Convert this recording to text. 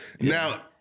Now